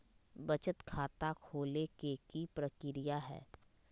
बचत खाता खोले के कि प्रक्रिया है?